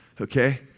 okay